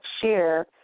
share